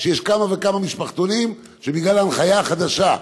שיש כמה וכמה משפחתונים שבגלל ההנחיה החדשה,